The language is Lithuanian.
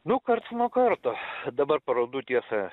nu karts nuo karto dabar parodų tiesa